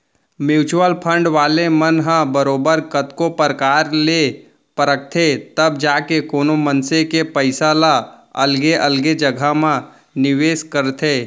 mutual fund वाले मन ह बरोबर कतको परकार ले परखथें तब जाके कोनो मनसे के पइसा ल अलगे अलगे जघा म निवेस करथे